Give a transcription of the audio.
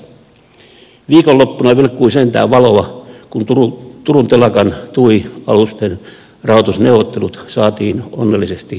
viikonloppuna vilkkui sentään valoa kun turun telakan tui alusten rahoitusneuvottelut saatiin onnellisesti päätökseen